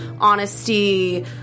honesty